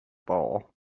bar